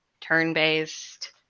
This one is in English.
turn-based